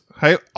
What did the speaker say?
hey